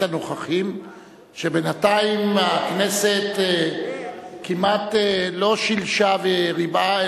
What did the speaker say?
הנוכחים שבינתיים הכנסת כמעט לא שילשה וריבעה,